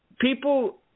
people